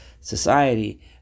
society